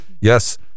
yes